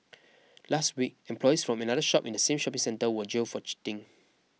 last week employees from another shop in the same shopping centre were jailed for cheating